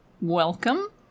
welcome